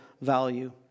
value